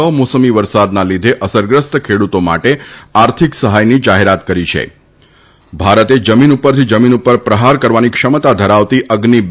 કમોસમી વરસાદનાં લીધ અસરગ્રસ્ત ખણતો માટે આર્થીક સહાયની જાહેરાત કરી છ ભારત જમીન ઉપરથી જમીન ઉપર પ્રહાર કરવાની ક્ષમતા ધરાવતી અઝિ બ